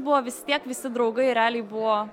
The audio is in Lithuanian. buvo vis tiek visi draugai realiai buvo